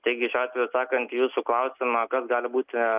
taigi šiuo atveju atsakant į jūsų klausimą kas gali būti